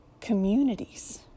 communities